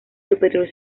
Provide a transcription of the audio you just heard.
superior